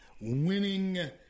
winning